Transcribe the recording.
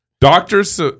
Doctors